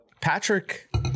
Patrick